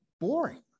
boring